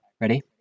Ready